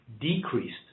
decreased